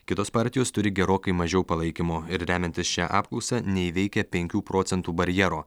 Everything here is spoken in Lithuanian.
kitos partijos turi gerokai mažiau palaikymo ir remiantis šia apklausa neįveikia penkių procentų barjero